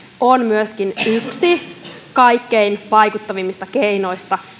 on yksi kaikkein vaikuttavimmista keinoista